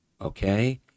okay